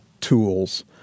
tools